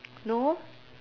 no